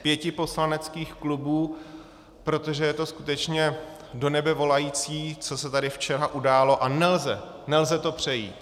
pěti poslaneckých klubů, protože je to skutečně do nebe volající, co se tady včera událo, a nelze, nelze to přejít.